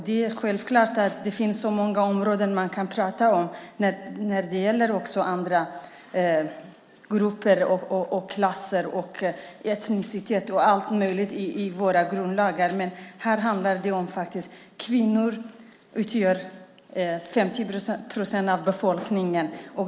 Det är självklart att det finns många områden som man kan prata om också när det gäller andra grupper - klasser, etnicitet och allt möjligt - i våra grundlagar, men här handlar det faktiskt om kvinnor som utgör 50 procent av befolkningen.